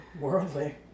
worldly